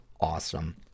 awesome